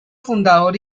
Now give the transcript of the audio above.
fundador